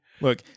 look